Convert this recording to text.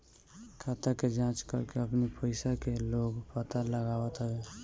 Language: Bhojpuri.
खाता के जाँच करके अपनी पईसा के लोग पता लगावत हवे